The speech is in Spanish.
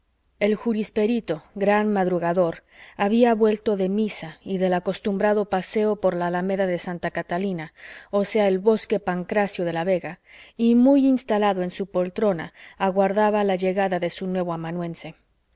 el jurisperito gran madrugador había vuelto de misa y del acostumbrado paseo por la alameda de santa catalina o sea el bosque pancracio de la vega y muy instalado en su poltrona aguardaba la llegada de su nuevo amanuense